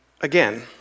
Again